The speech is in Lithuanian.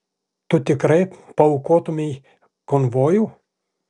tu tikrai paaukotumei konvojų